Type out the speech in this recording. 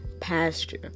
pasture